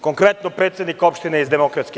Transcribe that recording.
Konkretno, predsednik opštine iz DS.